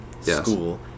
school